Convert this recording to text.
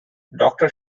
doctor